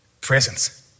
presence